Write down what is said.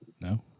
No